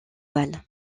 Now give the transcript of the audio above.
balles